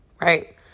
Right